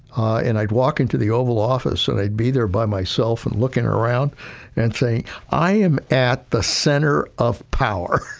and i'd walk into the oval office, and i'd be there by myself and looking around and saying i am at the center of power,